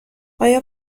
آیا